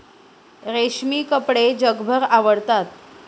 रेशमी कपडे जगभर आवडतात